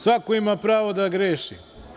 Svako ima pravo da greši.